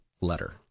letter